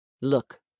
Look